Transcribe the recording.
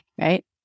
right